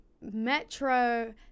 metro